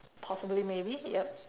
possibly maybe yup